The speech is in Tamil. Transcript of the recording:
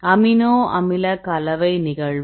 அமினோ அமில கலவை நிகழ்வு